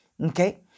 Okay